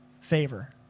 favor